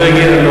היו מגעים?